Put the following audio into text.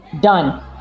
done